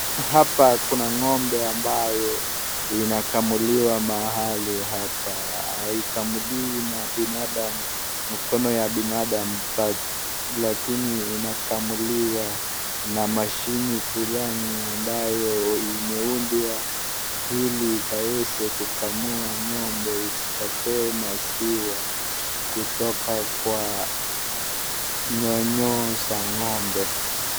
Hapa kuna ngombe ambayo inakamuliwa mahali hapa aidha haikamuliwi na binadamu mkono ya binadamu lakini inakamuliwa na mashine fulani ambayo imeundwa ili akaweze kukamua ngombe isikatoe maziwa kutoka kwa nyonyo[cs[ za ngombe.